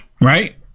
Right